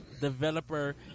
developer